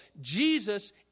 Jesus